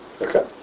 Okay